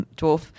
dwarf